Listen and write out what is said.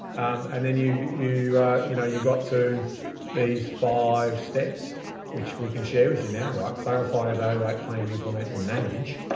and then you you you know got to these five steps which we can share with you now, right? clarify, evaluate, plan, implement and manage.